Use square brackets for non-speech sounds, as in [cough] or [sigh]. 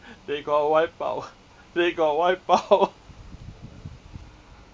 [laughs] they got wiped out [laughs] they got wiped out [laughs]